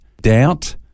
doubt